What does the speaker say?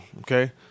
Okay